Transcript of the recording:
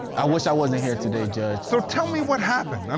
i wish i wasn't here today, judge. so tell me what happened. um